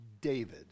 David